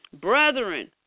Brethren